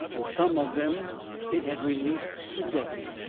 some of them it had released to death.